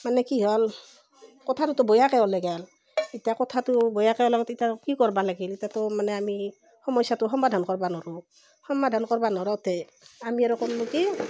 মানে কি হ'ল কথাটো ত' বয়াকে ওলে গেল ইতা কথাটো বয়াকে ওলালা তেতিয়া কি কৰবা লাগিল ইতা ত' মানে আমি সমস্যাটো সমাধান কৰবা নৰো সমাধান কৰবা নৰোতে আমি আৰু কল্লু কি